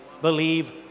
believe